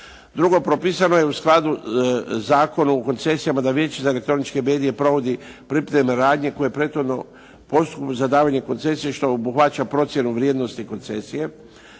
Drugo, propisano je u skladu Zakonom o koncesijama da Vijeće za elektroničke medije provodi pripremne radnje koje prethodno …/Govornik se ne razumije./… za davanje koncesije što obuhvaća procjenu vrijednosti koncesije,